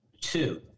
Two